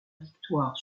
victoire